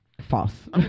false